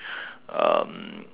um